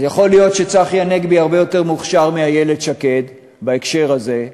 אז יכול להיות שצחי הנגבי הרבה יותר מוכשר מאיילת שקד בהקשר הזה,